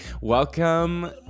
Welcome